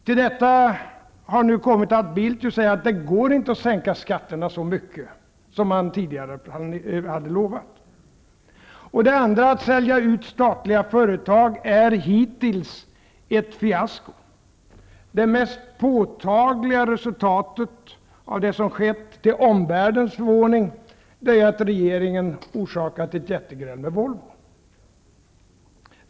Till detta har nu kommit att Carl Bildt säger att det inte går att sänka skatten så mycket som han tidigare hade lovat. Den andra delen, att sälja ut statliga företag, är hittills ett fiasko. Det mest påtagliga resultatet av det som har skett är, till omvärldens förvåning, att regeringen orsakat ett jättegräl med Volvo.